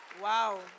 Wow